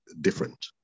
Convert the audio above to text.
different